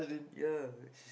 ya just